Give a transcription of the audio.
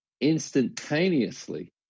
instantaneously